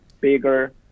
bigger